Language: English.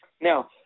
Now